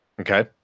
Okay